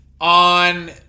On